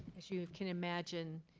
as you can imagine,